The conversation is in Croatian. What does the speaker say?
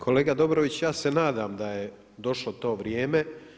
Kolega Dobrović, ja se nadam da je došlo to vrijeme.